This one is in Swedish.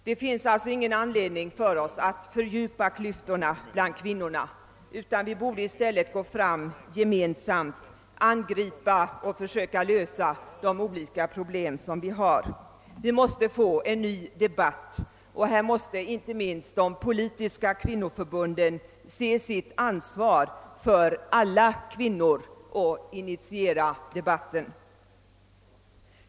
Det finns alltså ingen anledning att fördjupa klyftan mellan kvinnorna, utan vi borde i stället gå fram gemensamt, angripa och försöka lösa de olika problem som finns. Vi måste få en ny debatt; inte minst de politiska kvinnoförbunden måste se sitt ansvar för alla kvinnor och initiera debatten.